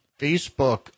Facebook